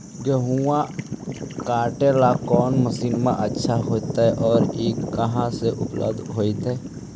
गेहुआ काटेला कौन मशीनमा अच्छा होतई और ई कहा से उपल्ब्ध होतई?